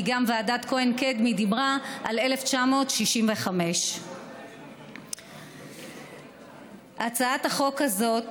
כי גם ועדת כהן-קדמי דיברה על 1965. הצעת החוק הזאת